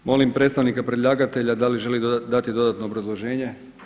Molim predstavnika predlagatelja da li želi dati dodatno obrazloženje?